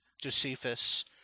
Josephus